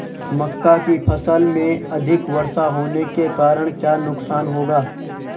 मक्का की फसल में अधिक वर्षा होने के कारण क्या नुकसान होगा?